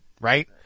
right